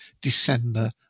December